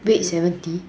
wait seventy